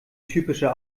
typische